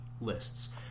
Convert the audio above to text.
lists